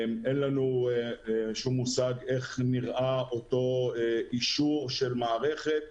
אין לנו שום מושג איך נראה אותו אישור של מערכת,